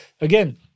again